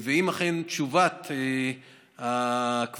אם אכן תשובת הנציבות